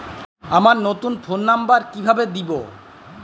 আমার নতুন phone number কিভাবে দিবো?